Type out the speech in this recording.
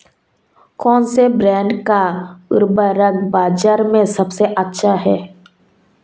कौनसे ब्रांड का उर्वरक बाज़ार में सबसे अच्छा हैं?